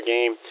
Game